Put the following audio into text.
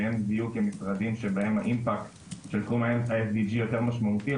שהם יהיו משרדים שבהם האימפקט של תחום ה-SDG יותר משמעותי,